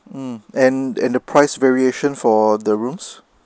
mm and and the price variation for the rooms